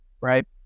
right